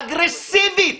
אגרסיבית